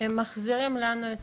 הם מחזירים לנו את